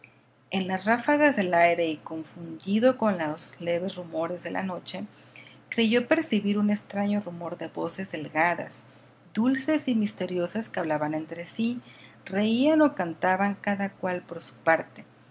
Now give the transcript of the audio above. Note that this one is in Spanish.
en las ráfagas del aire y confundido con los leves rumores de la noche creyó percibir un extraño rumor de voces delgadas dulces y misteriosas que hablaban entre sí reían o cantaban cada cual por su parte